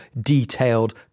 detailed